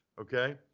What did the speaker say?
Okay